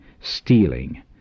stealing